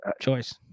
choice